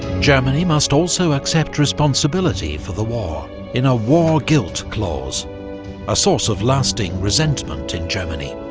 germany must also accept responsibility for the war in a war guilt clause a source of lasting resentment in germany.